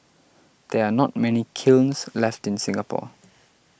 there are not many kilns left in Singapore